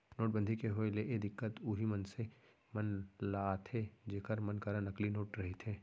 नोटबंदी के होय ले ए दिक्कत उहीं मनसे मन ल आथे जेखर मन करा नकली नोट रहिथे